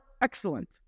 excellent